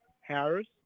Harris